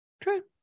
true